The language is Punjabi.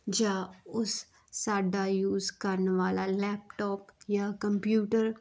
ਜਾਂ ਉਸ ਸਾਡਾ ਯੂਜ ਕਰਨ ਵਾਲਾ ਲੈਪਟਾਪ ਜਾਂ ਕੰਪਿਊਟਰ